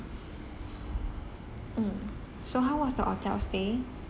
mm so how was the hotel stay